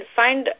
find